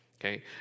okay